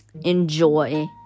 enjoy